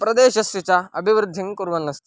प्रदेशस्य च अभिवृद्धिं कुर्वन्नस्ति